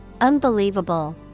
Unbelievable